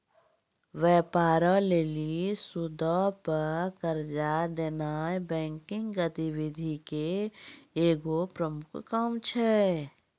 व्यापारो लेली सूदो पे कर्जा देनाय बैंकिंग गतिविधि के एगो प्रमुख काम छै